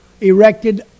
erected